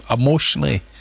emotionally